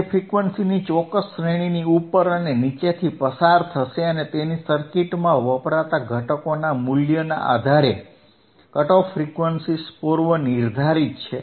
તે ફ્રીક્વન્સીની ચોક્કસ શ્રેણીની ઉપર અને નીચેથી પસાર થશે અને જેની સર્કિટમાં વપરાતા ઘટકોના મૂલ્યના આધારે કટ ઓફ ફ્રીક્વન્સીઝ પૂર્વ નિર્ધારિત છે